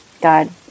God